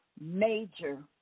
major